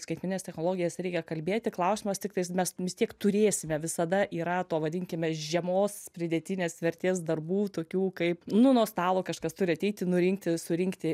skaitmenines technologijas reikia kalbėti klausimas tiktais mes vis tiek turėsime visada yra to vadinkime žemos pridėtinės vertės darbų tokių kaip nu nuo stalo kažkas turi ateiti nurinkti surinkti